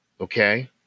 Okay